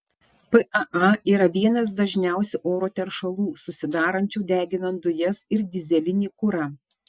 paa yra vienas dažniausių oro teršalų susidarančių deginant dujas ir dyzelinį kurą